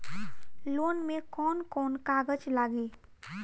Loan में कौन कौन कागज लागी?